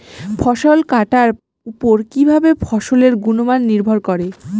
ফসল কাটার উপর কিভাবে ফসলের গুণমান নির্ভর করে?